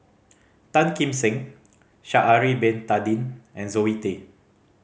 Tan Kim Seng Sha'ari Bin Tadin and Zoe Tay